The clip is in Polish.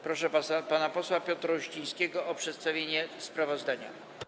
Proszę pana posła Piotra Uścińskiego o przedstawienie sprawozdania.